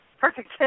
perfect